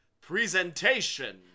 presentation